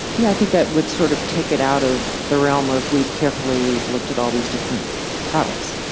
yeah i think that would sort of take it out of the realm of we've carefully looked at all these different products.